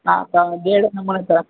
हा पर जहिड़े नमूने चओ